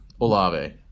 Olave